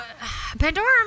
pandora